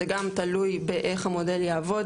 זה גם תלוי באיך המודל יעבוד,